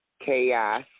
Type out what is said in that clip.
chaos